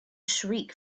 shriek